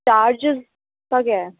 charges का क्या है